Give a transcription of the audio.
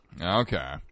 Okay